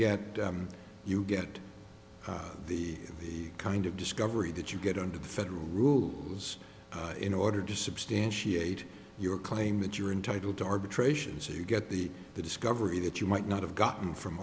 get you get the the kind of discovery that you get under the federal rules in order to substantiate your claim that you're entitle to arbitration so you get the the discovery that you might not have gotten from